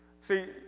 See